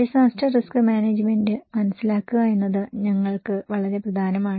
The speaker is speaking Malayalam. ഡിസാസ്റ്റർ റിസ്ക് മാനേജ്മെന്റ് മനസ്സിലാക്കുക എന്നത് ഞങ്ങൾക്ക് വളരെ പ്രധാനമാണ്